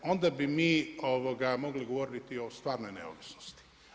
Onda bi mi mogli govoriti o stvarnoj neovisnosti.